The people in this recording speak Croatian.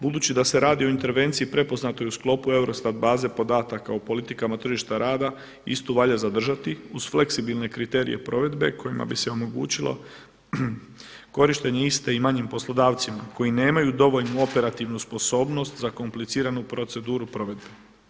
Budući da se radi o intervenciji prepoznatoj u sklopu EUROSTAT baze podataka u politikama tržišta rada istu valja zadržati uz fleksibilne kriterije provedbe kojima bi se omogućilo korištenje iste i manjim poslodavcima koji nemaju dovoljnu operativnu sposobnost za kompliciranu proceduru provedbe.